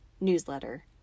newsletter